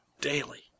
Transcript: Daily